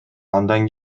андан